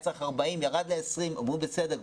היה צריך 40 ירד ל20, אמרו בסדר.